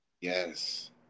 yes